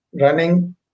running